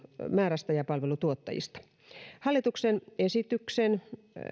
määrästä ja palveluntuottajista hallituksen esityksen